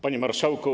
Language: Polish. Panie Marszałku!